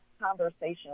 conversation